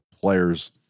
players